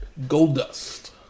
Goldust